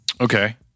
Okay